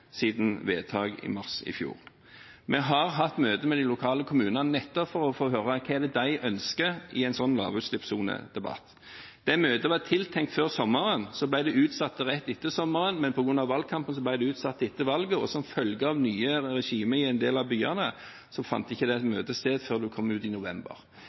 siden vedtaket i mars i fjor. Vi har hatt møte med de lokale kommunene nettopp for å få høre hva de ønsker i en sånn lavutslippssonedebatt. Det møtet var tiltenkt før sommeren, så ble det utsatt til rett etter sommeren, men på grunn av valgkampen ble det utsatt til etter valget, og som følge av nye regimer i en del av byene, fant ikke det møtet sted før vi kom ut i november.